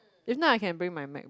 if not I can bring my MacBook